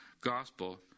gospel